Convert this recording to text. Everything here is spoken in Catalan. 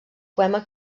poema